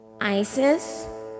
Isis